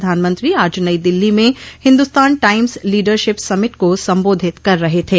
प्रधानमंत्री आज नई दिल्ली में हिंदुस्तान टाइम्स लीडरशिप समिट को संबोधित कर रहे थे